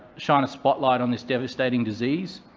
shine a spotlight on this devastating disease.